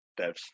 devs